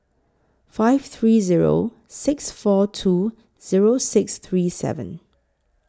five three Zero six four two Zero six three seven